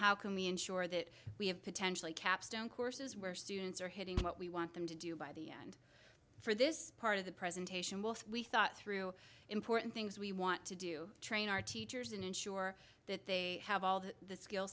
how can we ensure that we have potentially capstone courses where students are hitting what we want them to do by the end for this part of the presentation wolf we thought through important things we want to do train our teachers and ensure that they have all the skill